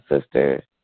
sisters